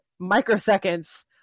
microseconds